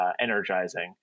energizing